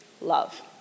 love